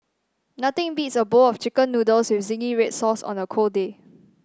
nothing beats a bowl of chicken noodles with zingy red sauce on a cold day